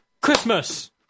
Christmas